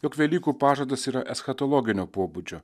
jog velykų pažadas yra eschatologinio pobūdžio